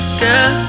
girl